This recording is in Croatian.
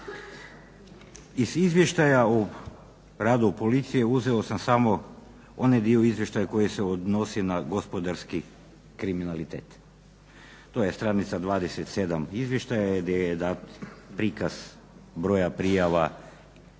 Iz izvještaja o radu policije uzeo sam samo onaj dio izvještaja koji se odnosi na gospodarski kriminalitet. To je stranica 27 izvještaja gdje je jedan prikaz broja prijava